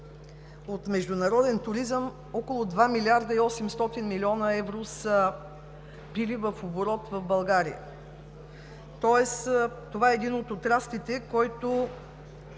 от международен туризъм около 2 млрд. 800 млн. евро са били в оборот в България, тоест това е един от отраслите, който